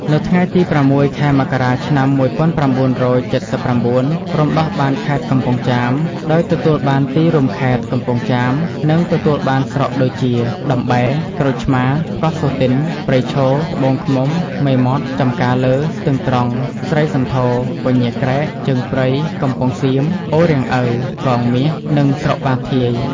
នៅថ្ងៃទី ០៦ ខែមករា ឆ្នាំ ១៩៧៩ រំដោះបានខេត្តកំពង់ចាម ដោយទទួលបានទីរួមខេត្ត កំពង់ចាម និងទទួលបានស្រុកដូចជា តំបែរ ក្រូចឆ្មា កោះសូទិន ព្រៃឈរ ត្បូងឃ្មុំ មេមត់ ចំការលើ ស្ទឹងត្រង់ ស្រីសន្ធរ ពញាក្រែក ជើងព្រៃ កំពង់សៀម អូរាំងឪ កងមាស និងស្រុកបាធាយ។